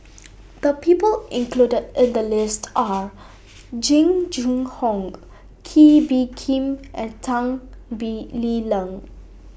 The People included in The list Are Jing Jun Hong Kee Bee Khim and Tan Lee Leng